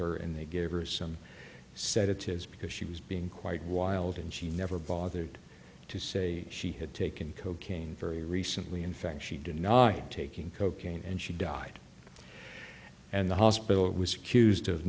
her and they gave her some sedatives because she was being quite wild and she never bothered to say she had taken cocaine very recently in fact she denied taking cocaine and she died and the hospital it was accused